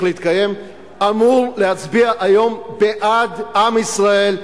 להתקיים אמור להצביע היום בעד עם ישראל,